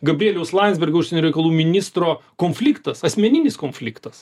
gabrieliaus landsbergio užsienio reikalų ministro konfliktas asmeninis konfliktas